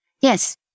yes